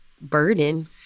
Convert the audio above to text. burden